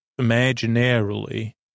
imaginarily